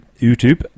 YouTube